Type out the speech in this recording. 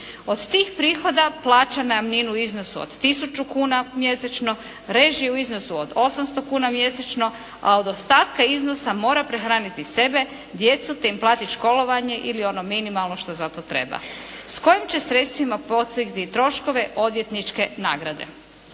Od tih prihoda plaća najamninu u iznosu od tisuću kuna mjesečno. Režije u iznosu od 800 kuna mjesečno, a od ostatka iznosa mora prehraniti sebe, djecu te im platiti školovanje ili ono minimalno što za to treba. S kojim će sredstvima pokriti troškove odvjetničke nagrade?